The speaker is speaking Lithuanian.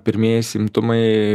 pirmieji simptomai